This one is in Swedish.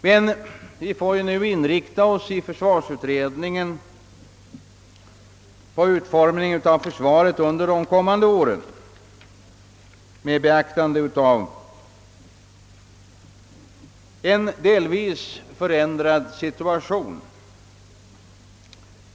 Men vi får nu i försvarsutredningen inrikta oss på utformningen av försvaret under de kommande åren, med beaktande av en delvis förändrad situation.